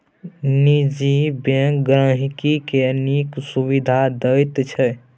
निजी बैंक गांहिकी केँ नीक सुबिधा दैत छै